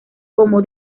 como